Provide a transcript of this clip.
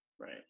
Right